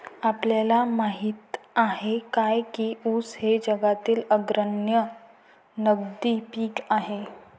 आपल्याला माहित आहे काय की ऊस हे जगातील अग्रगण्य नगदी पीक आहे?